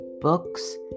books